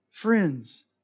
Friends